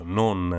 non